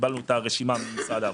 קיבלנו את הרשימה ממשרד העבודה.